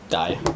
die